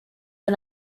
are